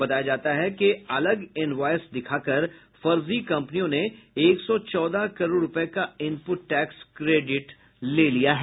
बताया जाता है कि अलग इन्वॉयस दिखाकर फर्जी कम्पनियों ने एक सौ चौदह करोड़ रूपये का इनपुट टैक्स क्रेडिट ले लिया है